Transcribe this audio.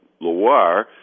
Loire